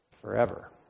forever